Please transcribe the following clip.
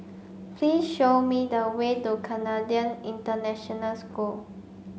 please show me the way to Canadian International School